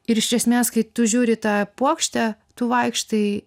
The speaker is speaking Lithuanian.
ir iš esmės kai tu žiūri į tą puokštę tu vaikštai